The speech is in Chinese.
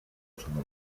课程